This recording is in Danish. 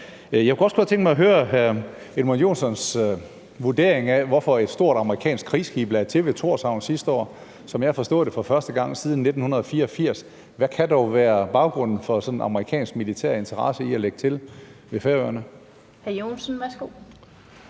Jeg kunne også godt tænke mig at høre hr. Edmund Joensens vurdering af, hvorfor et stort amerikansk krigsskib lagde til ved Thorshavn sidste år for første gang siden 1984, som jeg forstod det. Hvad kan dog være baggrunden for sådan en amerikansk militær interesse i at lægge til ved Færøerne? Kl. 21:13 Den fg.